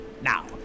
Now